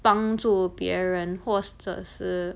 帮助别人或者是